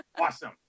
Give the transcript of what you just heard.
Awesome